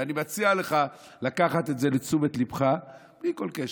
ואני מציע לך לקחת את זה לתשומת ליבך בלי כל קשר.